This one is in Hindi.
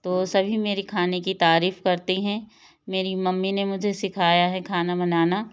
तो सभी मेरी खाने की तारीफ करते हैं मेरी मम्मी ने मुझे सिखाया है खाना बनाना